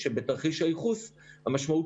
עם שיעור מיטות מהנמוכים בעולם המערבי,